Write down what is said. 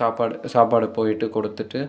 சாப்பாடு சாப்பாடு போயிட்டு கொடுத்துட்டு